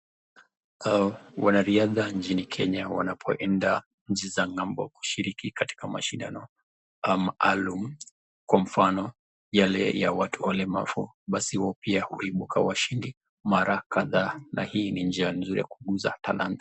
Wanariadha nchini Kenya wanapoenda nchi za ngambo kushiriki katika mashindano maalum, kwa mfano yale ya watu walemavu, basi wao pia huibuka washindi mara kadhaa na hii ni njia mzuri ya kuikuza talanta.